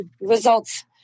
results